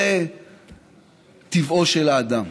זה טבעו של האדם.